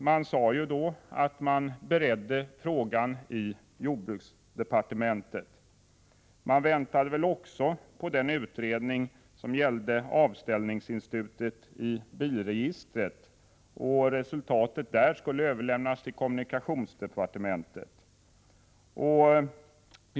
Det sades då att frågan bereddes i jordbruksdepartementet, och man väntade också på den utredning som gällde avställningsinstitutet i bilregistret. Resultatet skulle överlämnas till kommunikationsdepartementet.